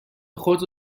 خود